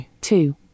two